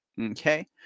Okay